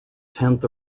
tenth